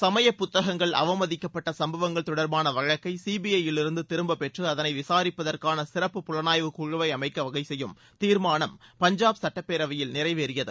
சுமய புத்தகங்கள் அவமதிக்கப்பட்ட சம்பவங்கள் தொடர்பான வழக்கை சிபிஐ யிலிருந்து திரும்ப பெற்று அதனை விசாரிப்பதற்கான சிறப்பு புலணாய்வு குழுவை அமைக்க வகை செய்யும் தீாமானம் பஞ்சாப் சுட்டப்பேரவையில் நிறைவேறியது